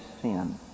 sin